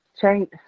change